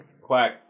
Quack